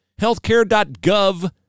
healthcare.gov